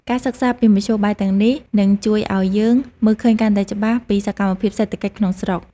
ការសិក្សាពីមធ្យោបាយទាំងនេះនឹងជួយឱ្យយើងមើលឃើញកាន់តែច្បាស់ពីសកម្មភាពសេដ្ឋកិច្ចក្នុងស្រុក។